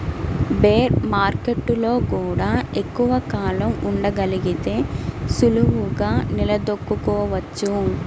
bear మార్కెట్టులో గూడా ఎక్కువ కాలం ఉండగలిగితే సులువుగా నిలదొక్కుకోవచ్చు